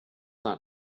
not